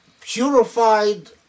purified